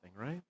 right